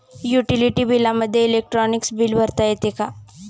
Utility बिलामध्ये electronic bill भरता येते का?